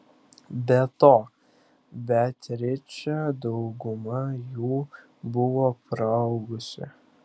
be to beatričė daugumą jų buvo praaugusi